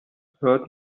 hört